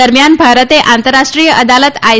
દરમિયાન ભારતે આંતરરાષ્ટ્રીય અદાલત આઇ